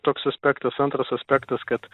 toks aspektas antras aspektas kad